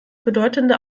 bedeutende